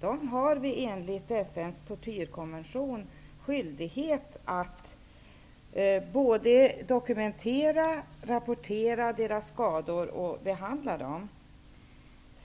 skyldighet enligt FN:s tortyrkonvention både att dokumen tera och rapportera sina skador och att behandla dem.